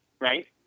right